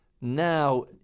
Now